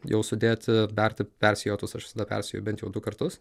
jau sudėti berti persijotus aš visada persijoju bent jau du kartus